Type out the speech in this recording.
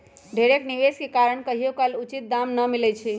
ढेरेक निवेश के कारण कहियोकाल उचित दाम न मिलइ छै